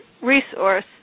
resource